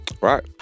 Right